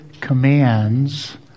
commands